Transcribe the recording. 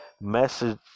message